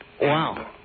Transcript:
Wow